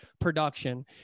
production